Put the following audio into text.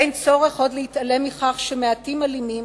אין צורך עוד להתעלם מכך שמעטים אלימים,